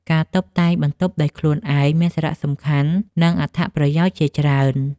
ការតុបតែងបន្ទប់ដោយខ្លួនឯងមានសារៈសំខាន់ និងអត្ថប្រយោជន៍ជាច្រើន។